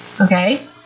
Okay